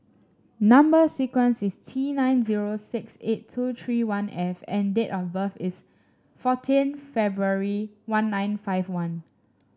number sequence is T nine zero six eight two three one F and date of birth is fourteen February one nine five one